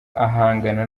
ahangana